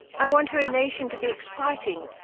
i want her nation to be exciting,